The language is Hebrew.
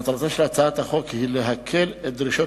מטרתה של הצעת החוק היא להקל את דרישות